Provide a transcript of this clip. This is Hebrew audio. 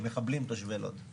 מירב בן ארי, יו"ר ועדת ביטחון